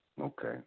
Okay